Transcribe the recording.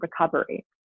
recovery